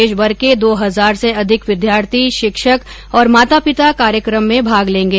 देशभर के दो हजार से अधिक विद्यार्थी शिक्षक और माता पिता कार्यक्रम में भाग लेंगे